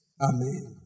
amen